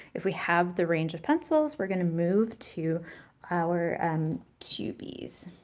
if we have the range of pencils, we're gonna move to our um two b's.